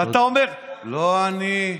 ואתה אומר: לא אני,